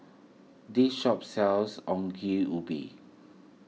this shop sells Ongol Ubi